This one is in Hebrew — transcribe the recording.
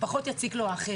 פחות יציק לו,